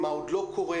מה עוד לא קורה,